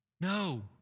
No